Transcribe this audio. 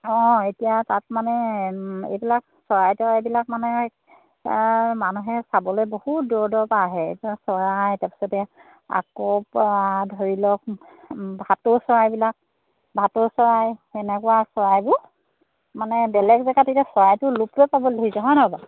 অঁ এতিয়া তাত মানে এইবিলাক চৰাই তৰাইবিলাক মানে মানুহে চাবলৈ বহুত দূৰ দৌৰৰপৰা আহে চৰাই তাৰ পিছতে আকৌ ধৰি লওক ভাটৌ চৰাইবিলাক ভাটৌ চৰাই সেনেকুৱা চৰাইবোৰ মানে বেলেগ জেগাত তেতিয়া চৰাইটো লুপ্তই পাবলৈ ধৰিছে হয় ন বাৰু